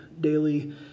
daily